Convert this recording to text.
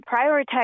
prioritize